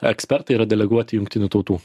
ekspertai yra deleguoti jungtinių tautų